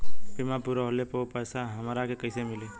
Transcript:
बीमा पूरा होले पर उ पैसा हमरा के कईसे मिली?